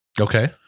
Okay